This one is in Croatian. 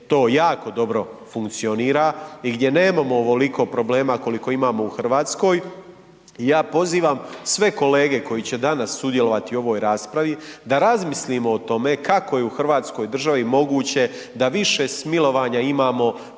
to jako dobro funkcionira i gdje nemamo ovoliko problema koliko imamo u Hrvatskoj. Ja pozivam sve kolege koji će danas sudjelovati u ovoj raspravi da razmislimo o tome kako je u Hrvatskoj državi moguće da više smilovanja imamo